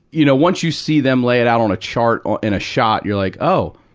you know, once you see them lay it out on a chart on, in a shot, you're like, oh,